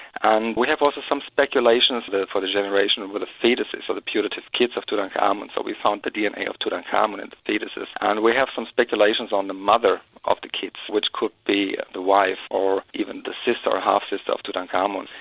and we have also some speculations for the generation of the foetuses or the putative kids of tutankhamen, so we found the dna of tutankhamen in the foetuses. and we have some speculations on the mother of the kids which could be the wife or even the sister, or half sister of tutankhamen.